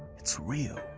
it's real.